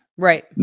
Right